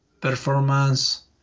performance